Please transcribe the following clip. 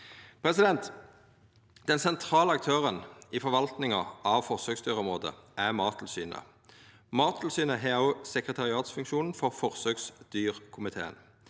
måte. Den sentrale aktøren i forvaltninga av forsøksdyrområdet er Mattilsynet. Mattilsynet har òg sekretariatsfunksjonen for forsøksdyrkomiteen.